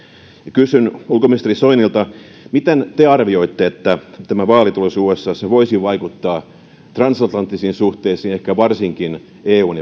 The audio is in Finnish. kysyn ulkoministeri soinilta miten te arvioitte että tämä vaalitulos usassa voisi vaikuttaa transatlanttisiin suhteisiin ehkä varsinkin eun